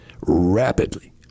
rapidly